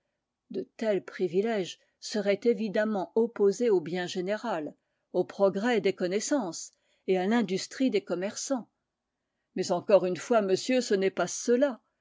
de tels privilèges seraient évidemment opposés au bien général au progrès des connaissances et à l'industrie des commerçants mais encore une fois monsieur ce n'est pas cela